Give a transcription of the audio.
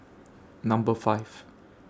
Number five